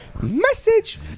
message